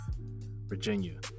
Virginia